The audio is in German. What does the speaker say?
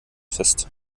fest